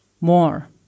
more